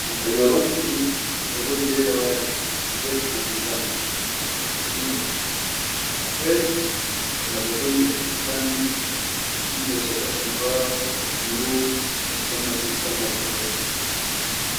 Kan khayyaroni fi bagod lela wade fi bet hana difan, yani funduq akher walla bagod lai fi bikaan inda shadar nudaaf wa duyur bassannad hissan hadi akher,